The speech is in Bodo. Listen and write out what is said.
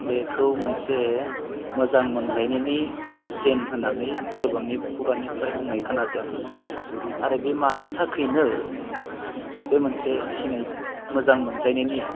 बेखौ मोनसे मोजां मोनलायनायनि सिन होन्नानै गोबांनि खुगानिफ्राय बुंनाय खोनादों आरो बे मानि थाखायनो बे मोनसे मोनजां मोनज्लायनायनि